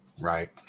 Right